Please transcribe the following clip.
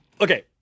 okay